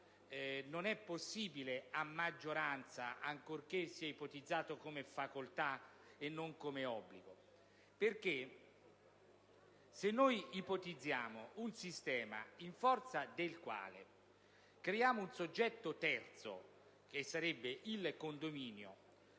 del genere a maggioranza, ancorché sia ipotizzata come facoltà e non come obbligo. Se noi ipotizziamo un sistema in forza del quale creiamo un soggetto terzo - il condominio